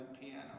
piano